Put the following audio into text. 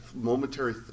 momentary